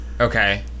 Okay